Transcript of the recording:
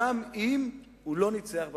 גם אם הוא לא ניצח בבחירות.